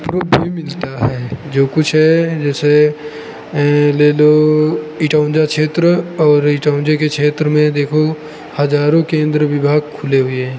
मिलता है जो कुछ है जैसे यह ले लो इटौंजा क्षेत्र और इटौंजे के क्षेत्र में देखो हज़ारों केंद्र विभाग खुले हुए हैं